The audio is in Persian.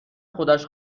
خودش